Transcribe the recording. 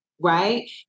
Right